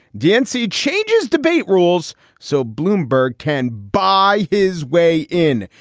dancey changes debate rules so bloomburg can buy his way in.